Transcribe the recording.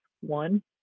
One